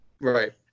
Right